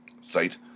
site